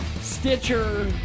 Stitcher